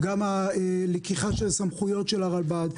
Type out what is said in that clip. על לקיחת סמכויות מהרלב"ד,